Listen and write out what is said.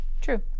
True